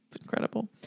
Incredible